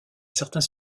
certain